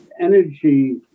energy